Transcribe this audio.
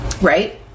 Right